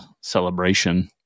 celebration